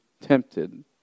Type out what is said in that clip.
tempted